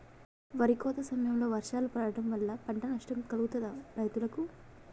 వరి కోత సమయంలో వర్షాలు పడటం వల్ల పంట నష్టం కలుగుతదా రైతులకు?